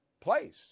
place